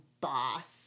boss